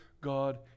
God